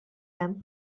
hemm